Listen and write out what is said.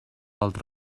altre